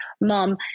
mom